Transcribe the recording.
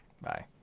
Bye